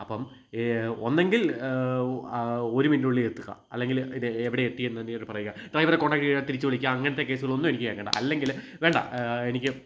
അപ്പോള് ഒന്നെങ്കിൽ ഒരു മിനുറ്റിനുള്ളിലെത്തുക അല്ലെങ്കില് ഇത് എവിടെയെത്തിയെന്ന് നേരിൽ പറയുക ഡ്രൈവറെ കോണ്ടാക്ട് ചെയ്യുക തിരിച്ച് വിളിക്കുക അങ്ങനത്തെ കേസുകളൊന്നും എനിക്ക് കേൾക്കണ്ട അല്ലെങ്കില് വേണ്ട എനിക്ക്